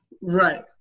Right